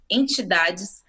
entidades